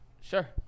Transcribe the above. Sure